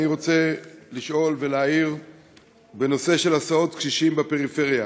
אני רוצה לשאול ולהעיר בנושא של הסעות קשישים בפריפריה.